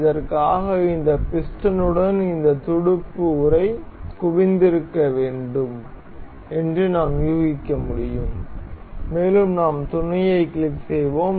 இதற்காக இந்த பிஸ்டனுடன் இந்த துடுப்பு உறை குவிந்திருக்க வேண்டும் என்று நாம் யூகிக்க முடியும் மேலும் நாம் துணையை கிளிக் செய்வோம்